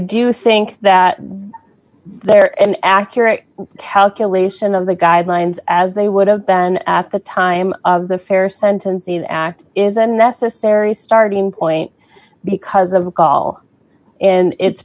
do think that they're an accurate calculation of the guidelines as they would have been at the time of the fair sentence the act isn't necessary starting point because of the call and it's